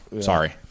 Sorry